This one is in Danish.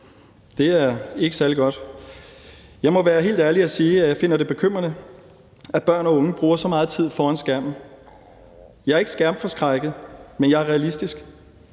det er ikke særlig godt. Jeg må være helt ærlig og sige, at jeg finder det bekymrende, at børn og unge bruger så meget tid foran skærmen. Jeg er ikke skærmforskrækket, men jeg er realistisk,